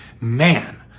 Man